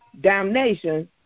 damnation